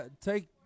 Take